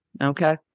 Okay